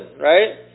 right